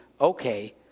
okay